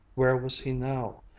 where was he now?